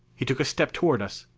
he took a step toward us,